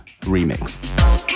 remix